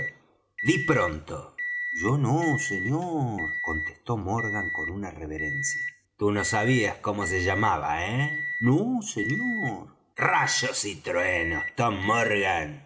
pronto yo no señor contestó morgan con una reverencia tú no sabías cómo se llamaba eh no señor rayos y truenos tom morgan